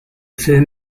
film